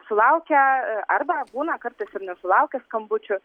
sulaukę arba būna kartais ir nesulaukę skambučio